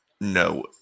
No